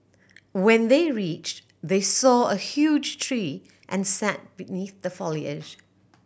when they reached they saw a huge tree and sat beneath the foliage